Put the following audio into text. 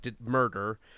murder